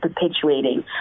perpetuating